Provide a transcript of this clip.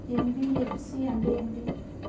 NBFC అంటే ఏమిటి?